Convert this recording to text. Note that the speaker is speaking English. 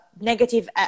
negative